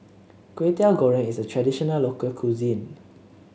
Kwetiau Goreng is a traditional local cuisine